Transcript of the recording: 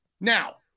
Now